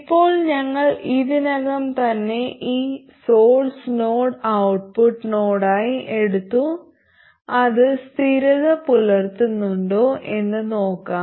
ഇപ്പോൾ ഞങ്ങൾ ഇതിനകം തന്നെ ഈ സോഴ്സ് നോഡ് ഔട്ട്പുട്ട് നോഡായി എടുത്തു അത് സ്ഥിരത പുലർത്തുന്നുണ്ടോ എന്ന് നോക്കാം